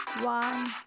one